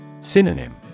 Synonym